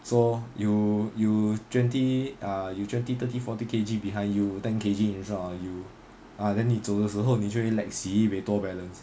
so you you twenty ah you twenty thirty forty K_G behind you ten K_G in front of you ah then 你走的时候你就会 lack sibei 多 balance